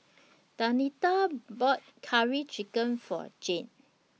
Danita bought Curry Chicken For Jeane